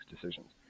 decisions